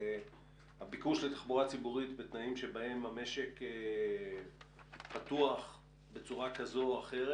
הביקוש לתחבורה ציבורית בתנאים שבהם המשק פתוח בצורה כזו או אחרת